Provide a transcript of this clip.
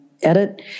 Edit